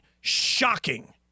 shocking